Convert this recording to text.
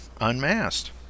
Unmasked